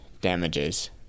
damages